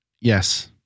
Yes